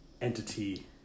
entity